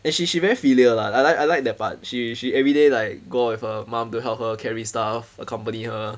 and she she very filial lah I like I like that part she she everyday like go out with her mum to help her carry stuff accompany her